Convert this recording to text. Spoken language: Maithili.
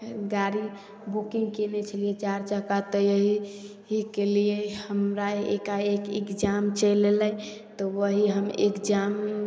गाड़ी बुकिन्ग कएने छलिए चारि चक्का तऽ यहीके लिए हमरा एकाएक एग्जाम चलि अएलै तऽ वही हम एग्जाम